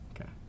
Okay